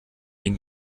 den